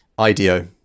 IDEO